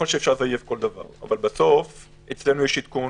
שאפשר לזייף כל דבר, אבל בסוף יש אצלנו עדכון